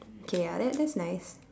okay ya that that's nice